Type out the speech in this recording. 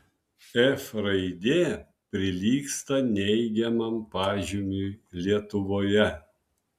f raidė prilygsta neigiamam pažymiui lietuvoje